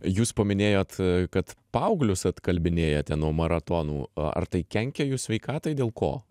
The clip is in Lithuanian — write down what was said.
jūs paminėjot kad paauglius atkalbinėjate nuo maratonų ar tai kenkia jų sveikatai dėl ko